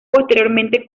posteriormente